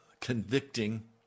convicting